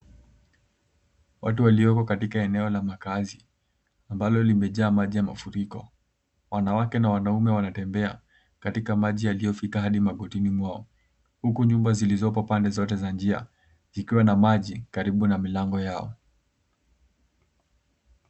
Watu walioko katika eneo la makazi ambalo limejaa maji ya mafuriko. Wanawake na wanaume wanatembea katika maji yaliyofika hadi magotini mwao, huku nyumba zilizopo pande zote za njia zikiwa na maji karibu na milango yao.